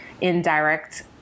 indirect